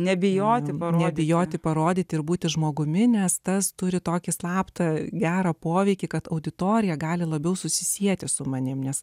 nebijoti nebijoti parodyti ir būti žmogumi nes tas turi tokį slaptą gerą poveikį kad auditorija gali labiau susisieti su manimi nes